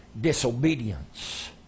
Disobedience